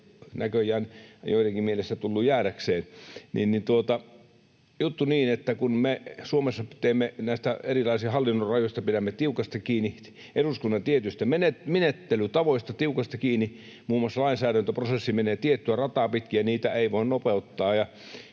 joidenkin mielestä tullut jäädäkseen. Juttu on niin, että kun me Suomessa näistä erilaisista hallinnon rajoista pidämme tiukasti kiinni ja eduskunnan tietyistä menettelytavoista pidämme tiukasti kiinni — muun muassa lainsäädäntöprosessi menee tiettyä rataa pitkin, sitä ei voi nopeuttaa,